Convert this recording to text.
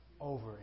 over